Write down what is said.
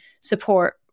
support